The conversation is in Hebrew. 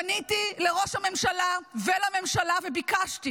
פניתי לראש הממשלה ולממשלה וביקשתי